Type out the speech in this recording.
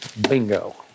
Bingo